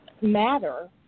matter